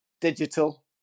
digital